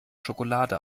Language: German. schokolade